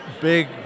big